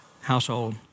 household